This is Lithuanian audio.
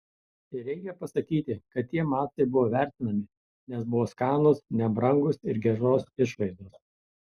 ir reikia pasakyti kad tie macai buvo vertinami nes buvo skanūs nebrangūs ir geros išvaizdos